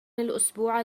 الأسبوع